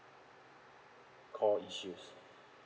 call issues